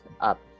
up